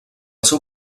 seu